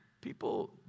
people